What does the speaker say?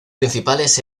principales